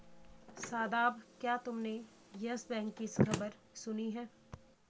शादाब, क्या तुमने Yes Bank की खबर सुनी है?